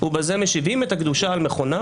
ובזה משיבים את הקדושה על מכונה,